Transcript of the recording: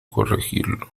corregirlo